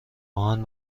آهن